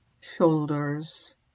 shoulders